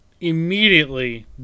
immediately